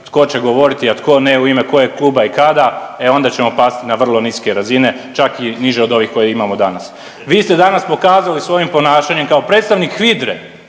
tko će govoriti, a tko ne u ime kojeg kluba i kada, e onda ćemo pasti na vrlo niske razine čak i niže od ovih koje imamo danas. Vi ste danas pokazali svojim ponašanjem kao predstavnik HVIDRE